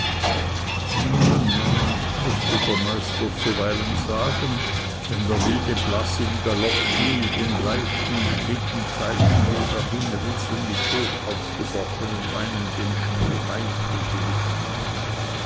mußte der meister zuweilen sagen wenn der wilde blaß in galopp fiel den leichten schlitten pfeilschnell dahinriß und mit hochgeworfenen beinen den schnee weit in die luft warf